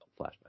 flashback